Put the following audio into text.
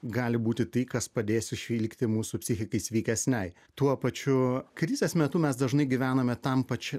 gali būti tai kas padės išvilkti mūsų psichikai sveikesnei tuo pačiu krizės metu mes dažnai gyvename tam pačiam